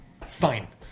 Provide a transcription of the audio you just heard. Fine